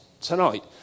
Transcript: tonight